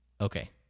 Okay